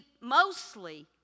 mostly